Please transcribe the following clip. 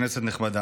כנסת נכבדה,